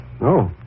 No